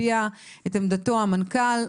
הביע את דעתו המנכ"ל.